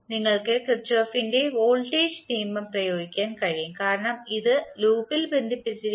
നിങ്ങൾക്ക് കിർചോഫിന്റെ വോൾട്ടേജ് നിയമം പ്രയോഗിക്കാൻ കഴിയും കാരണം ഇത് ലൂപ്പിൽ ബന്ധിപ്പിച്ചിരിക്കുന്നു